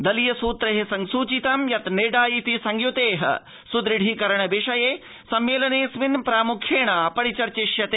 दलीय सुत्रै सुचितं यत् नेडा ति संयुते सुदृढ़ीकरणविषये सम्मेलनऽस्मिन् प्रामुख्येण परिचर्चिष्यते